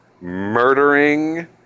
murdering